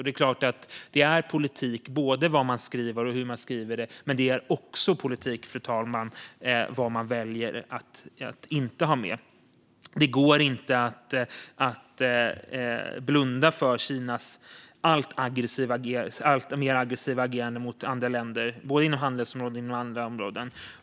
Det är klart att det är politik både vad man skriver och hur man skriver det. Men det är också politik, fru talman, vad man väljer att inte ha med. Det går inte att blunda för Kinas alltmer aggressiva agerande mot andra länder både inom handelsområdet och inom andra områden.